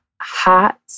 hot